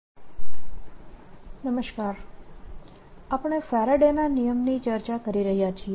બદલાતા મેગ્નેટીક ફિલ્ડના કારણે ઉદ્દભવતુ ઇલેક્ટ્રીક ફિલ્ડ આપણે ફેરાડેના નિયમ Faraday's law ની ચર્ચા કરી રહ્યા છીએ